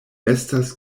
estas